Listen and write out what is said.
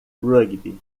rugby